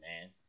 man